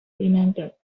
remember